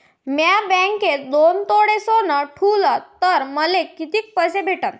म्या बँकेत दोन तोळे सोनं ठुलं तर मले किती पैसे भेटन